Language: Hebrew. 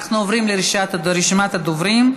אנחנו עוברים לרשימת הדוברים.